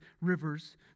rivers